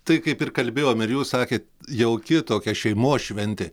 tai kaip ir kalbėjom ir jūs sakėt jauki tokia šeimos šventė